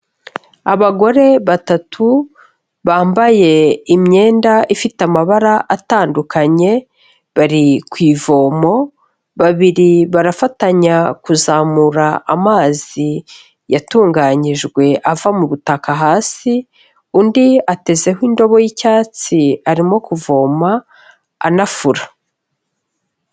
Abagore batatu bambaye imyenda ifite amabara atandukanye bari ku ivomo, babiri barafatanya kuzamura amazi yatunganyijwe ava mu butaka hasi, undi atezeho indobo y'icyatsi, arimo kuvoma anafura.